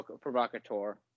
provocateur